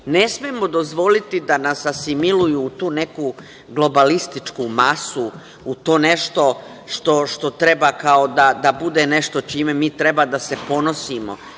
Ne smemo dozvoliti da nas asimiluju u tu neku globalističku masu, u to nešto što treba kao da bude nešto čime mi treba da se ponosimo.